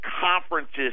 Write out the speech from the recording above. conferences